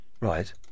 Right